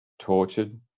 tortured